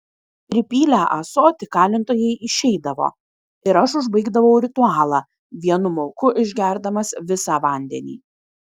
pripylę ąsotį kalintojai išeidavo ir aš užbaigdavau ritualą vienu mauku išgerdamas visą vandenį